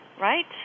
Right